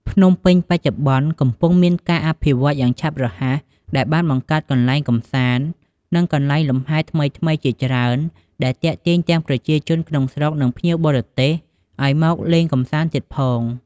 ភ្នំពេញបច្ចុប្បន្ន កំពុងមានការអភិវឌ្ឍយ៉ាងឆាប់រហ័ស ដែលបានបង្កើតកន្លែងកម្សាន្ត និងកន្លែងលំហែថ្មីៗជាច្រើន ដែលទាក់ទាញទាំងប្រជាជនក្នុងស្រុក និងភ្ញៀវបរទេសឲ្យមកលេងកម្សាន្ដទៀតផង។